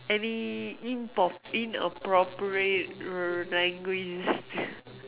any inap~ inappropriate err languages